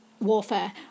warfare